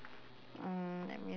mm let me